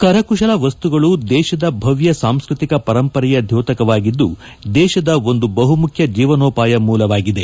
ಕರಕುಶಲ ವಸ್ತುಗಳು ದೇಶದ ಭವ್ಯ ಸಾಂಸ್ಕೃತಿ ಪರಂಪರೆಯ ದ್ಯೋತಕವಾಗಿದ್ದು ದೇಶದ ಒಂದು ಬಹುಮುಖ್ಯ ಜೀವನೋಪಾಯ ಮೂಲವಾಗಿದೆ